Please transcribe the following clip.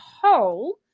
whole